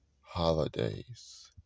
holidays